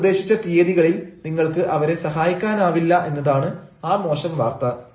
അവർ നിർദ്ദേശിച്ച തീയതികളിൽ നിങ്ങൾക്ക് അവരെ സഹായിക്കാനാവില്ല എന്നതാണ് ആ മോശം വാർത്ത